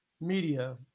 media